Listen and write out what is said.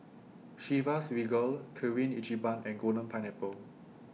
Chivas Regal Kirin Ichiban and Golden Pineapple